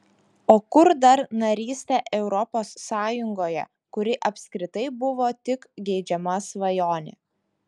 o kur dar narystė europos sąjungoje kuri apskritai buvo tik geidžiama svajonė